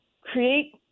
create